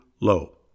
low